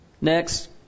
Next